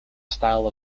style